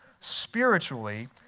spiritually